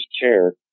chair